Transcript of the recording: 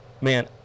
man